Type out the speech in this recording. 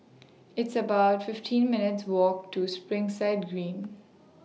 It's about fifteen minutes' Walk to Springside Green